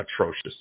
atrocious